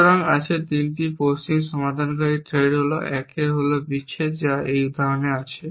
সুতরাং আছে 3 পশ্চিম সমাধানকারী থ্রেড 1 হল বিচ্ছেদ যা এই উদাহরণে আছে